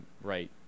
right